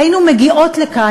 היינו מגיעות לכאן,